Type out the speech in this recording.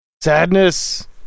Sadness